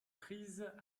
prises